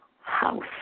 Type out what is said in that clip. house